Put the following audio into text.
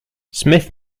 smith